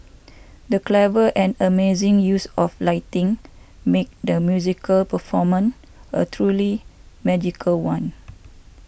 the clever and amazing use of lighting made the musical performance a truly magical one